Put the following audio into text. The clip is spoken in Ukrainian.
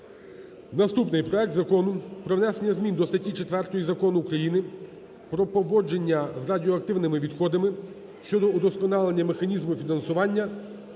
Наступний: проект Закону про внесення змін до статті 4 Закону України "Про поводження з радіоактивними відходами" щодо удосконалення механізму фінансування